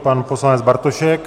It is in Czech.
Pan poslanec Bartošek.